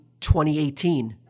2018